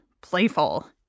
playful